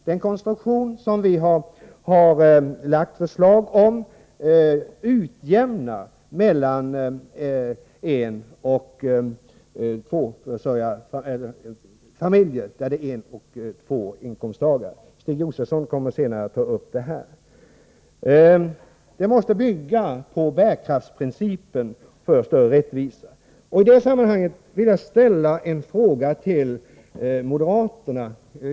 Den konstruktion som vi har lagt fram förslag om utjämnar mellan familjer med en eller två inkomsttagare. Stig Josefson kommer senare att ta upp den saken. Beskattningen måste bygga på bärkraftsprincipen. I det sammanhanget vill jag ställa en fråga till moderaterna.